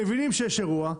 מבינים שיש אירוע,